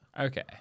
Okay